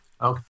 okay